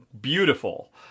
Beautiful